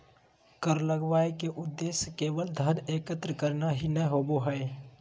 कर लगावय के उद्देश्य केवल धन एकत्र करना ही नय होबो हइ